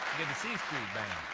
the the c street band.